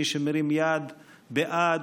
מי שמרים יד בעד,